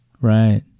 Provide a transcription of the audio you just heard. right